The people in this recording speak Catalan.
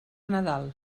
nadal